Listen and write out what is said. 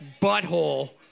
butthole